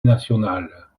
nationale